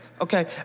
Okay